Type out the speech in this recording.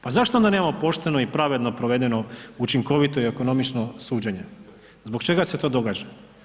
Pa zašto onda nemamo pošteno i pravedno provedeno, učinkovito i ekonomično suđenje, zbog čega se to događa?